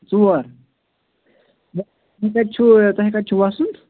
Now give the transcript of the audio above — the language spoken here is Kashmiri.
ژور تۄہہِ کَتہِ چھُو آ تۄہہِ کَتہِ چھُو وَسُن